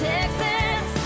Texas